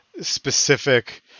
specific